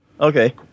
Okay